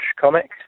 Comics